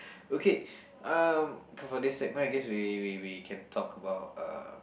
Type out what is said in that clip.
okay um for this segment I guess we we we can talk about uh